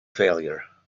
failure